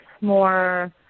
more